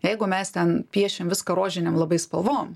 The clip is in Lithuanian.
jeigu mes ten piešim viską rožinėm labai spalvom